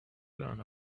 learn